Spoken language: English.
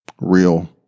real